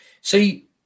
See